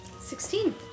Sixteen